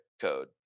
code